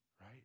right